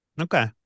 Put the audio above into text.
okay